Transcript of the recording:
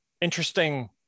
interesting